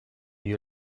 you